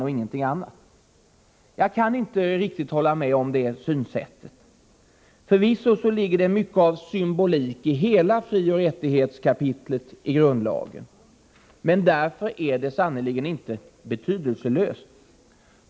Jag kan inte riktigt hålla med om det synsättet. Förvisso ligger det mycket av symbolik i hela frioch rättighetskapitlet i grundlagen, men därför är det sannerligen inte betydelselöst.